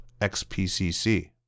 XPCC